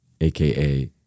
AKA